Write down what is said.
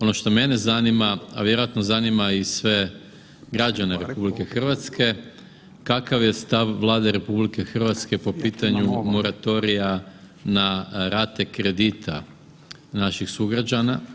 Ono što mene zanima, a vjerojatno zanima i sve građane RH kakav je stav Vlade RH po pitanju moratorija na rate kredita naših sugrađana.